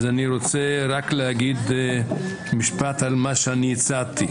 אני רוצה רק להגיד משפט על מה שהצעתי.